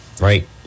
Right